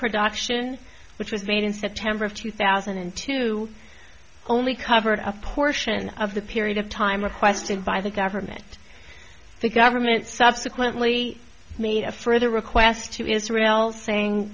production which was made in september of two thousand and two only covered a portion of the period of time a question by the government the government subsequently made a further request to israel saying